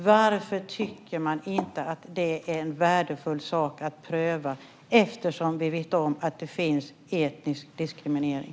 Varför tycker man inte att det är en värdefull sak att pröva, eftersom vi vet om att det finns etnisk diskriminering?